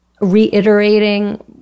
reiterating